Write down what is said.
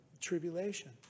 tribulation